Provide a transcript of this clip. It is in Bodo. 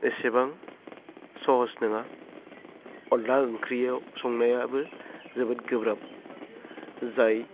एसेबां सहस नङा अनला ओंख्रियाव संनायाबो जोबोद गोब्राब जाय